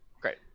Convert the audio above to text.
great